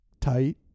tight